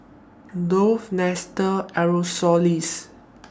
Dove Nestle Aerosoles